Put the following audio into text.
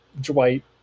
Dwight